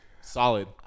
Solid